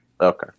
Okay